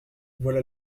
voilà